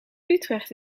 utrecht